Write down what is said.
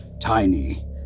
tiny